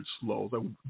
slow